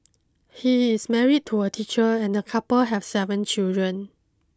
he is married to a teacher and the couple have seven children